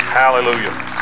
hallelujah